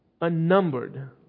unnumbered